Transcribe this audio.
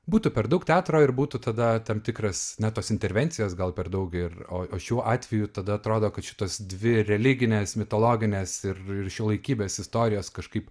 būtų per daug teatro ir būtų tada tam tikras na tos intervencijos gal per daug ir o o šiuo atveju tada atrodo kad šitos dvi religinės mitologinės ir šiuolaikybės istorijos kažkaip